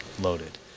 loaded